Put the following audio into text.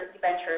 ventures